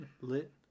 Lit